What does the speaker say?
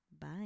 Bye